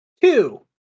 Two